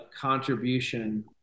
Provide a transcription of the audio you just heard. contribution